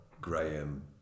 Graham